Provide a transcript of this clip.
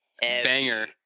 banger